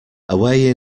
away